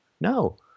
No